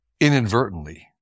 inadvertently